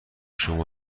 شما